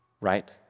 right